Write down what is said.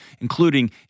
including